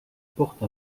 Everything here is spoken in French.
porte